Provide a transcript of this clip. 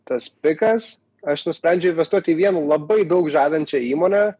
tas pikas aš nusprendžiau investuoti į vieną labai daug žadančią įmonę